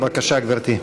בבקשה, גברתי.